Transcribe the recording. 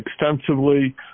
extensively